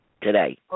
today